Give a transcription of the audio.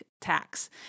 tax